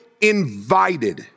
invited